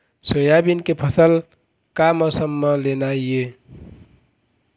Soybean के फसल का मौसम म लेना ये?